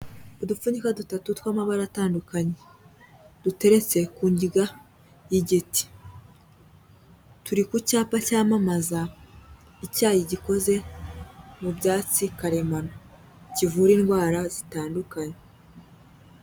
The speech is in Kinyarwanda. Udupfunyika dutatu tw'amabara atandukanye, duteretse kunjyiga y'igiti, turi ku cyapa cyamamaza icyayi gikoze mu byatsi karemano, kivura indwara zitandukanye.